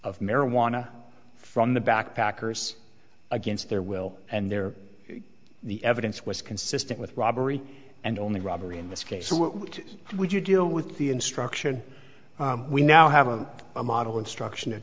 of marijuana from the backpackers against their will and their the evidence was consistent with robbery and only robbery in this case what would you deal with the instruction we now have a model instruction that